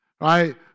right